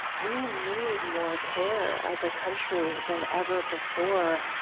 we need more care as a country than ever before.